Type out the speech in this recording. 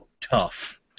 tough